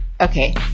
Okay